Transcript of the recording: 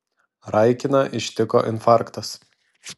raikiną ištiko infarktas